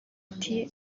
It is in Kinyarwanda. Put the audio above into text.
ati